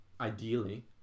ideally